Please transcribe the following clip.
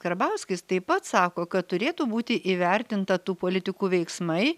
karbauskis taip pat sako kad turėtų būti įvertinta tų politikų veiksmai